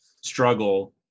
struggle